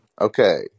Okay